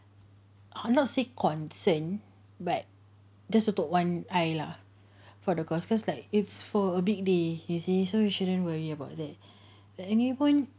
I'm not say concern but just tutup one eye lah for the because like it's for a big day you see so you shouldn't worry about that and lagi pun